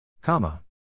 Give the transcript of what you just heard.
Comma